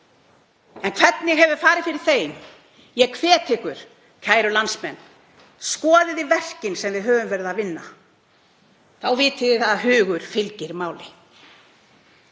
En hvernig hefur farið fyrir þeim málum? Ég hvet ykkur, kæru landsmenn, að skoða verkin sem við höfum verið að vinna. Þá vitið þið að hugur fylgir máli.